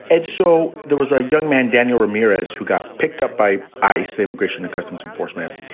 and so there was a young man, daniel ramirez, who got picked up by ice, the immigration and customs enforcement,